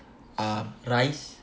um rice